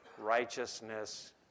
righteousness